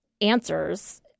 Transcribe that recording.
answers